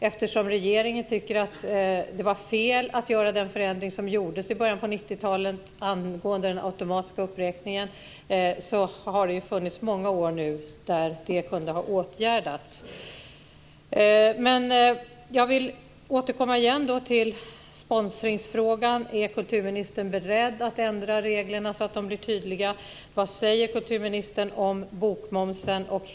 Eftersom regeringen tycker att det var fel att göra den förändring som gjordes i början av 90-talet angående den automatiska uppräkningen vill jag påpeka att det har funnits många år nu när det kunde ha åtgärdats. Men jag vill ännu en gång återkomma till sponsringsfrågan. Är kulturministern beredd att ändra reglerna så att de blir tydliga? Vad säger kulturministern om bokmomsen?